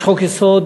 יש חוק-יסוד,